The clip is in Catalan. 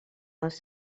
els